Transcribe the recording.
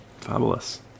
Fabulous